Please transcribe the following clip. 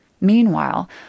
Meanwhile